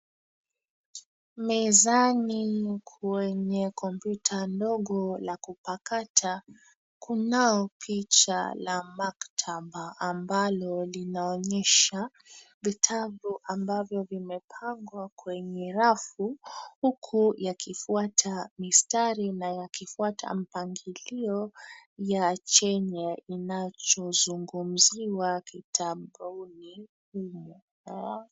Mezani kwenye kompyuta ndogo la kupakata kunayo picha la maktaba ambalo linaonyesha vitabu ambavyo vimepangwa kwenye rafu huku yakifuata mistari na yakifuata mpangilio ya chenye inachozungumziwa kitabuni humu.